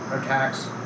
attacks